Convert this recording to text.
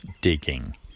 digging